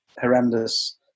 horrendous